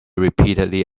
repeatedly